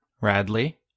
Radley